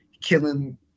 killing